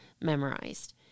memorized